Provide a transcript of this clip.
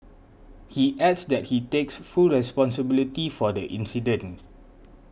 he adds that he takes full responsibility for the incident